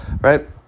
right